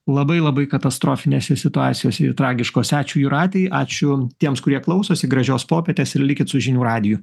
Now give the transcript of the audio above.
labai labai katastrofinėse situacijose ir tragiškose ačiū jūratei ačiū tiems kurie klausosi gražios popietės ir likit su žinių radiju